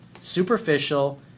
superficial